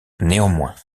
néanmoins